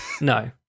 No